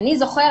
אני זוכרת,